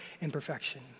imperfection